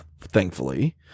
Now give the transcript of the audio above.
thankfully